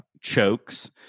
chokes